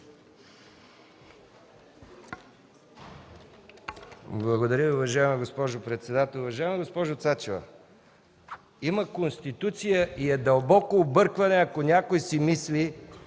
Благодаря Ви, уважаема госпожо председател. Уважаема госпожо Цачева, има Конституция и е дълбоко объркване, ако някой си мисли,